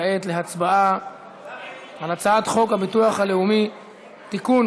כעת להצבעה על הצעת חוק הביטוח הלאומי (תיקון,